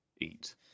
eat